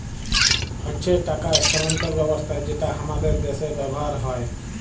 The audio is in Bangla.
হচ্যে টাকা স্থানান্তর ব্যবস্থা যেটা হামাদের দ্যাশে ব্যবহার হ্যয়